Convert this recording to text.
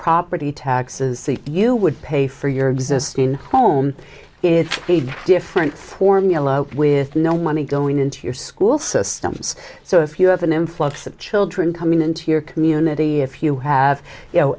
property taxes you would pay for your existing home it's a different formula with no money going into your school systems so if you have an influx of children coming into your community if you have